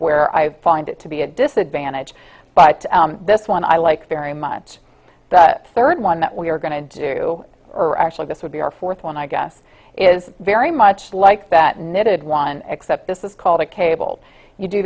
where i find it to be a disadvantage but this one i like very much third one that we are going to do or actually this would be our fourth one i guess is very much like that knitted one except this is called a cable you do